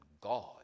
God